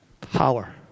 power